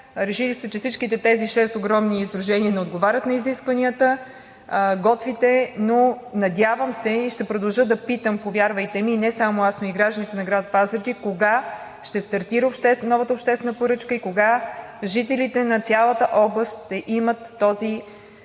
Решили сте, че всичките тези шест огромни сдружения не отговарят на изискванията. Но се надявам и ще продължа да питам – повярвайте ми, не само аз, но и гражданите на град Пазарджик: кога ще стартира новата обществена поръчка? Кога жителите на цялата област ще имат този